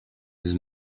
his